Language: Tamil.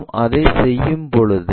நாம் அதைச் செய்யும்போது